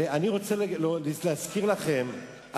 ואני רוצה להזכיר לכם,